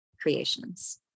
creations